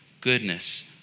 goodness